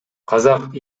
казак